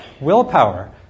willpower